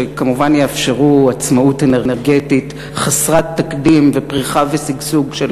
שכמובן יאפשרו עצמאות אנרגטית חסרת תקדים ופריחה ושגשוג של